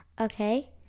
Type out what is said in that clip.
Okay